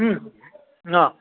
न